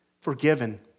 forgiven